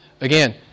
Again